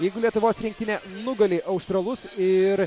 jeigu lietuvos rinktinė nugali australus ir